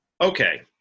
okay